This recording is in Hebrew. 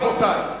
רבותי,